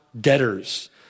debtors